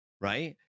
right